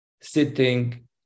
sitting